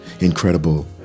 incredible